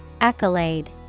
Accolade